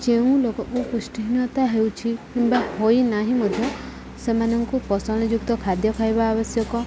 ଯେଉଁ ଲୋକଙ୍କୁ ପୃଷ୍ଟିହୀନତା ହେଉଛି କିମ୍ବା ହୋଇନାହିଁ ମଧ୍ୟ ସେମାନଙ୍କୁ ପୋଷଣଯୁକ୍ତ ଖାଦ୍ୟ ଖାଇବା ଆବଶ୍ୟକ